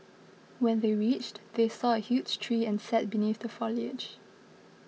when they reached they saw a huge tree and sat beneath the foliage